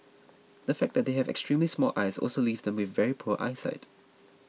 the fact that they have extremely small eyes also leaves them with very poor eyesight